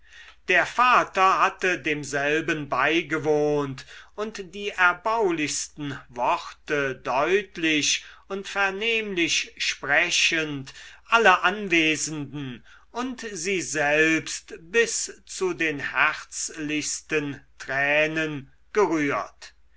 der vater hatte demselben beigewohnt und die erbaulichsten worte deutlich und vernehmlich sprechend alle anwesenden und sie selbst bis zu den herzlichsten tränen gerührt